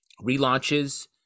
relaunches